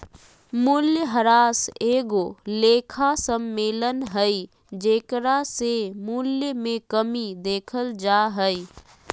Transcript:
मूल्यह्रास एगो लेखा सम्मेलन हइ जेकरा से मूल्य मे कमी देखल जा हइ